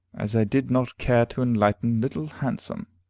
as i did not care to enlighten little handsome.